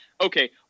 Okay